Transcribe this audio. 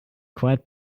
quite